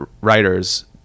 writers